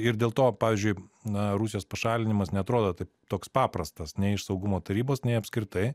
ir dėl to pavyzdžiui na rusijos pašalinimas neatrodo toks paprastas nei iš saugumo tarybos nei apskritai